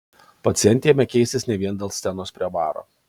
pacientė ėmė keistis ne vien dėl scenos prie baro